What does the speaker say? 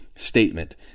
statement